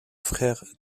frère